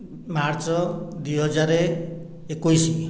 March ଦୁଇ ହଜାର ଏକୋଇଶ